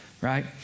right